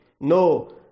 no